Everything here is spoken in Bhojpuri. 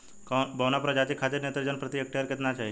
बौना प्रजाति खातिर नेत्रजन प्रति हेक्टेयर केतना चाही?